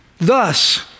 Thus